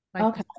Okay